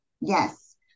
Yes